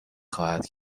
خواهد